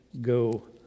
go